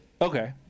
okay